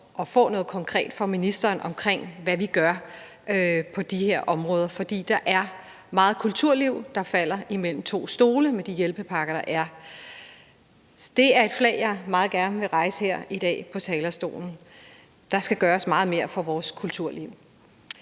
at få noget konkret fra ministeren om, hvad vi gør på de her områder, for der er meget kulturliv, der falder imellem to stole med de hjælpepakker, der er. Så det er et flag, jeg meget gerne vil rejse her i dag på talerstolen. Der skal gøres meget mere for vores kulturliv.